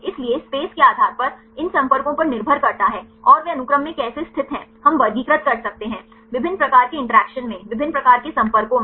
इसलिए स्पेस के आधार पर इन संपर्कों पर निर्भर करता है और वे अनुक्रम में कैसे स्थित हैं हम वर्गीकृत कर सकते हैं विभिन्न प्रकार के इंटरैक्शन में विभिन्न प्रकार के संपर्कों में